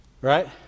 Right